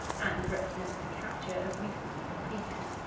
and represents the capture as recently completed.